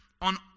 on